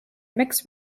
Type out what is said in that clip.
mixed